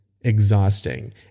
exhausting